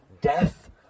death